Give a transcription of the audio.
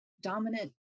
dominant